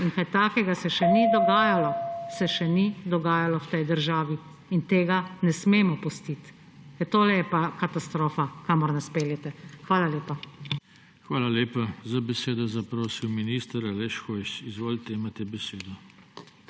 in kaj takega še ni dogajalo. Se še ni dogajalo v tej državi. In tega ne smemo pustiti. Ker to je pa katastrofa, kamor nas peljete. Hvala lepa. PODPREDSEDNIK JOŽE TANKO: Hvala lepa. Za besedo je zaprosil minister Aleš Hojs. Izvolite, imate besedo.